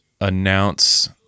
announce